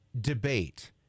debate